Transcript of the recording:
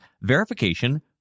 verification